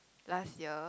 last year